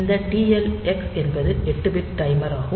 இந்த TLX என்பது 8 bit timer ஆகும்